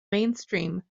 mainstream